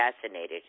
assassinated